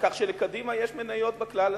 כך שלקדימה יש מניות בכלל הזה.